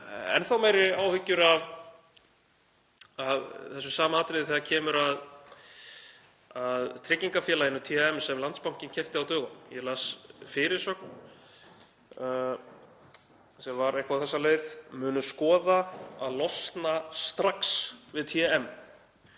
enn meiri áhyggjur af þessu sama atriði þegar kemur að tryggingafélaginu TM sem Landsbankinn keypti á dögunum. Ég las fyrirsögn sem var eitthvað á þessa leið: Munum skoða að losna strax við TM.